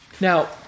Now